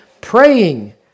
praying